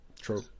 True